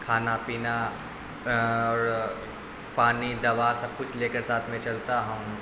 کھانا پینا اور پانی دوا سب کچھ لے کر ساتھ میں چلتا ہوں